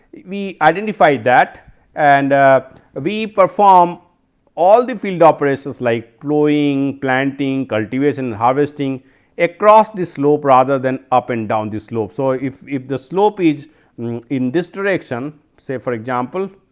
we identify that and we perform all the field operations like ploughing, planting, cultivation, harvesting across the slope rather than up and down the slope. so, if if the slope is in this direction say for example